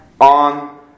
on